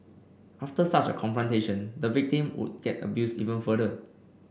after such a confrontation the victim would get abused even further